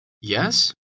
Yes